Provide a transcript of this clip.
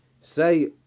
say